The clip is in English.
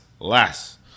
Less